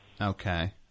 Okay